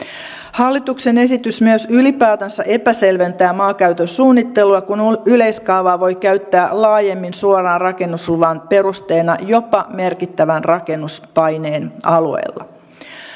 hallituksen esitys myös ylipäätänsä epäselventää maankäytön suunnittelua kun yleiskaavaa voi käyttää laajemmin suoraan rakennusluvan perusteena jopa merkittävän rakennuspaineen alueella